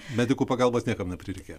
medikų pagalbos niekam neprireikė